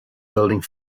building